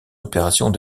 opérations